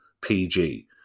PG